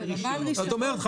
זאת אומרת,